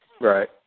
Right